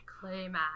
Clayman